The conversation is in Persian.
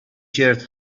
شرت